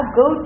go